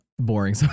boring